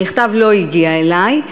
המכתב לא הגיע אלי.